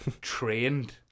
trained